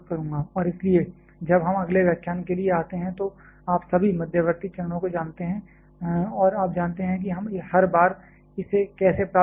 और इसलिए जब हम अगले व्याख्यान के लिए आते हैं तो आप सभी मध्यवर्ती चरणों को जानते हैं और आप जानते हैं कि हम हर बार इसे कैसे प्राप्त कर रहे हैं